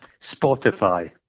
Spotify